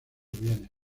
bienes